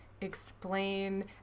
explain